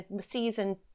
season